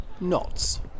Knots